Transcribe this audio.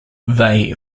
they